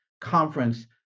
conference